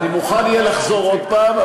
אהיה מוכן לחזור עוד פעם,